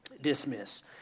dismiss